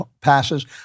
passes